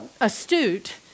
astute